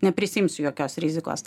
neprisiimsiu jokios rizikos